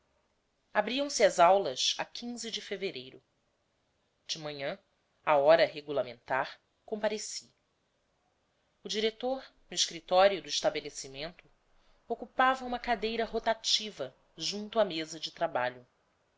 abriam-se as aulas a de fevereiro de manhã à hora regulamentar compareci o diretor no escritório do estabelecimento ocupava uma cadeira rotativa junto à mesa de trabalho